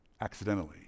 accidentally